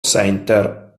center